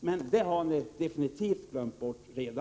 Men det har ni definitivt redan glömt bort.